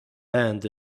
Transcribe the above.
bend